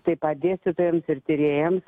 taip pat dėstytojams ir tyrėjams